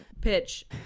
pitch